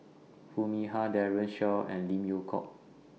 Foo Mee Har Daren Shiau and Lim Yew Hock